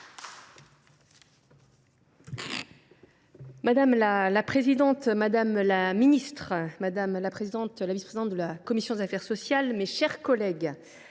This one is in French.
Madame la présidente, madame la ministre, madame la vice présidente de la commission des affaires sociales, mes chers collègues,